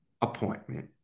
appointment